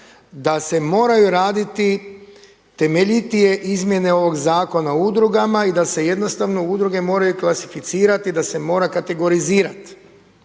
da se moraju raditi temeljitije izmjene ovog Zakona o udrugama i da se jednostavno udruge moraju klasificirati i da se mora kategorizirati